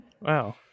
Wow